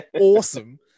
awesome